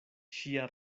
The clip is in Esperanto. ŝia